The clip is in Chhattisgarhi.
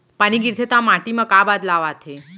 पानी गिरथे ता माटी मा का बदलाव आथे?